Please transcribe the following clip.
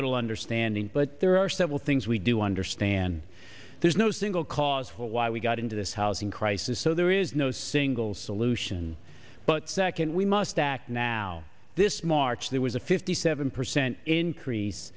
little understanding but there are several things we do understand there's no single cause for why we got into this housing crisis so there is no single solution but second we must act now this march there was a fifty seven percent increase